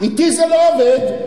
אתי זה לא עובד.